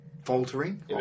Faltering